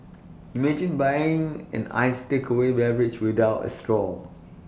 imagine buying an iced takeaway beverage without A straw